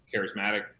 charismatic